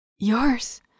Yours